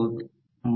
002 metre हे एक